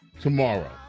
tomorrow